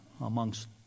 amongst